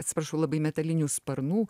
atsiprašau labai metalinių sparnų